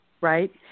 right